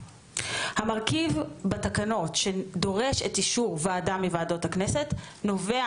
המרכיב בתקנות שכן דורש אישור של ועדה מוועדות הכנסת נובע